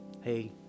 Hey